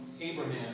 Abraham